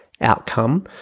outcome